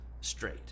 straight